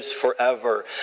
forever